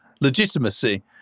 legitimacy